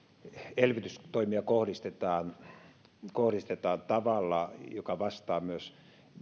elvytystoimia kohdistetaan kohdistetaan tavalla joka vastaa myös